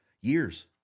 years